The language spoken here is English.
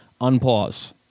unpause